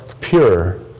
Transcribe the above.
pure